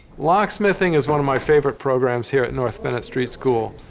locksmithing is one of my favorite programs here at north bennet street school.